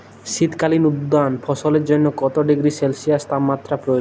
শীত কালীন উদ্যান ফসলের জন্য কত ডিগ্রী সেলসিয়াস তাপমাত্রা প্রয়োজন?